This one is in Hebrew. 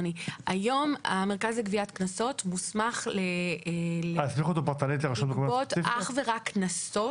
היום המרכז לגביית קנסות מוסמך לגבות אך ורק קנסות,